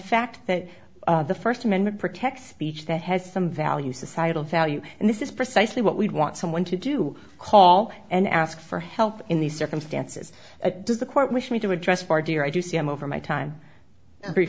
fact that the st amendment protects speech that has some value societal value and this is precisely what we'd want someone to do call and ask for help in these circumstances does the court wish me to address our dear i do see him over my time